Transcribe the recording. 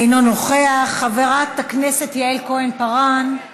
אינו נוכח, חברת הכנסת יעל כהן-פארן, בבקשה.